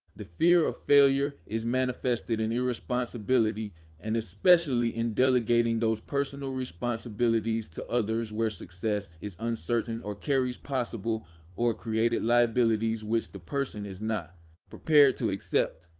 the fear of failure is manifested in irresponsibility and especially indelegating those personal responsibilities to others where success is uncertain or carries possible or created liabilities which the person is not prepared to accept.